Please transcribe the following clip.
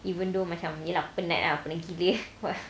even though macam ya lah penat ah penat gila